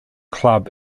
club